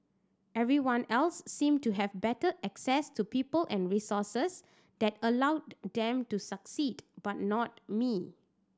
everyone else seemed to have better access to people and resources that allowed them to succeed but not me